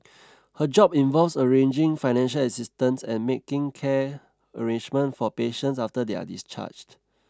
her job involves arranging financial assistance and making care arrangements for patients after they are discharged